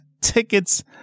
tickets